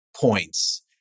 points